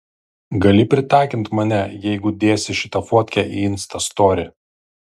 gali pritagint mane jeigu dėsi šitą fotkę į insta story